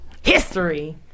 History